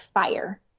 fire